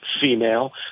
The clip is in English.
female